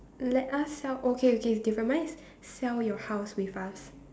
let us sell okay okay different mine is sell your house with us